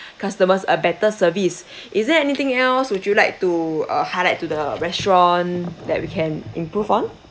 customers a better service is there anything else would you like to uh highlight to the restaurant that we can improve on